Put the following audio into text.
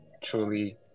truly